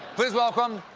please welcome,